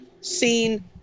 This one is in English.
seen